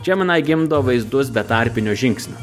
džeminai gimdo vaizdus be tarpinių žingsnių